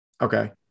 Okay